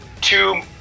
two